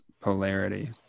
polarity